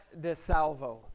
DeSalvo